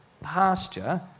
pasture